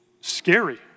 scary